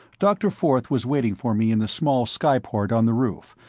dr. forth was waiting for me in the small skyport on the roof,